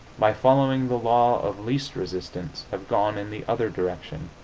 by following the law of least resistance, have gone in the other direction.